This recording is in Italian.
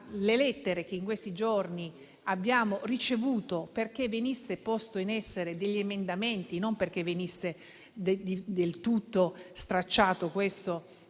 alle lettere che in questi giorni abbiamo ricevuto perché venissero posti in essere degli emendamenti, non perché venisse del tutto stracciato questo